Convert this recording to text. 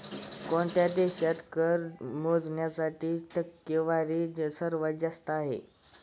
कोणत्या देशात कर मोजणीची टक्केवारी सर्वात जास्त आहे?